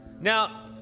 Now